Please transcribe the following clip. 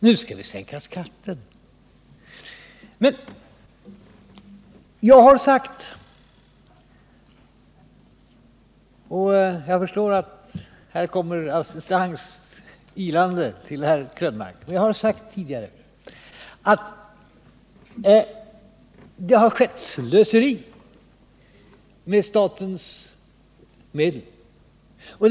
Nu skall vi sänka skatten, säger herr Krönmark. Jag ser att herr Burenstam Linder nu kommer ilande till herr Krönmarks Jag har tidigare sagt att det har slösats med statens medel.